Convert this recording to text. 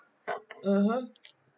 mmhmm